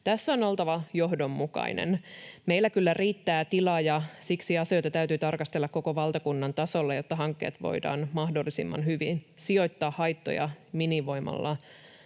Tässä on oltava johdonmukainen. Meillä kyllä riittää tilaa, ja siksi asioita täytyy tarkastella koko valtakunnan tasolla, jotta hankkeet voidaan mahdollisimman hyvin sijoittaa haittoja minimoivalla